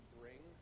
bring